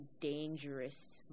dangerous